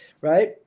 right